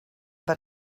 but